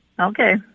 Okay